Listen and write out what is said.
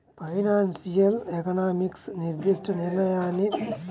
financial economics నిర్దిష్ట నిర్ణయాన్ని ప్రభావితం చేసే వేరియబుల్స్ను పరీక్షిస్తాయి